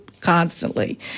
constantly